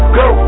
go